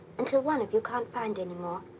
until one of you can't find any more.